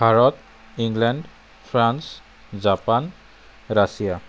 Bharat England France Japan Russia